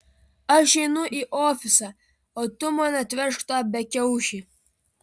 aš einu į ofisą o tu man atvežk tą bekiaušį